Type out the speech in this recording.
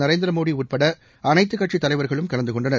நரேந்திர மோடி உட்பட அனைத்துக்கட்சித் தலைவர்களும் கலந்து கொண்டனர்